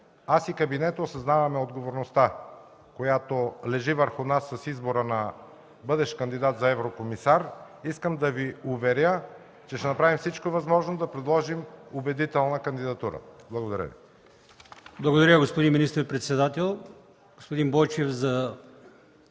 аз и кабинетът осъзнаваме отговорността, която лежи върху нас с избора на бъдещ кандидат за еврокомисар. Искам да Ви уверя, че ще направим всичко възможно да предложим убедителна кандидатура. Благодаря.